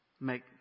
make